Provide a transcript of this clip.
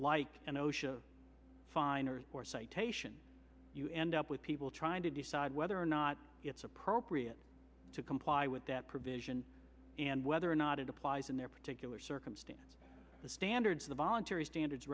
osha fine or or citation you end up with people trying to decide whether or not it's appropriate to comply with that provision and whether or not it applies in their particular circumstance the standards the voluntary standards